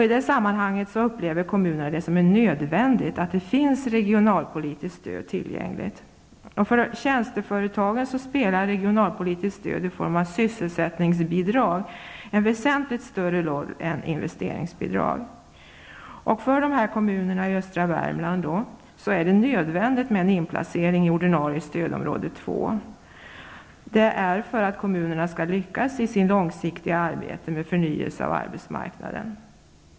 I det sammanhanget upplever kommunerna det som nödvändigt att det finns regionalpolitiskt stöd tillgängligt. För tjänsteföretagen spelar regionalpolitiskt stöd i form av sysselsättningsbidrag en väsentligt större roll än investeringsbidrag. För dessa kommuner i östra Värmland är det nödvändigt med en inplacering i ordinarie stödområde nummer 2 för att kommunerna skall lyckas i sitt långsiktiga arbete med förnyelse av arbetsmarknaden.